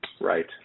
Right